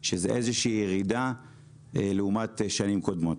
שזאת איזושהי ירידה לעומת שנים קודמות.